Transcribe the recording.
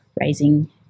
raising